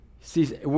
see